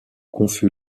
confus